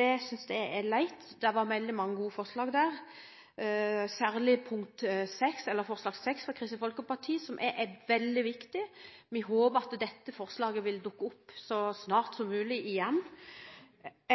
Det synes jeg er leit – det var veldig mange gode forslag der, særlig forslag nr. 6 i dokumentet, som er veldig viktig. Vi håper at dette forslaget vil dukke opp igjen så snart som mulig.